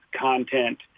content